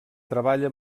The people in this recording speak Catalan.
treballa